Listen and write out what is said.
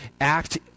act